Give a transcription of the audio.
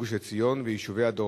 גוש-עציון ויישובי הדרום,